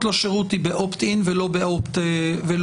לשירות היא באופט-אין ולא באופט-אאוט.